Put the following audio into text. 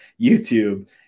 YouTube